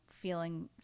feeling